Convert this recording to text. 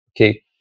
Okay